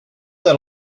that